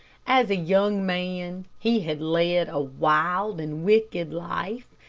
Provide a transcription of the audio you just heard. as a young man, he had led a wild and wicked life,